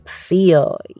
feel